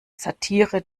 satire